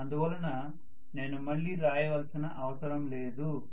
అందువలన నేను మళ్ళీ రాయవలసిన అవసరం లేదు